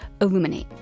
illuminate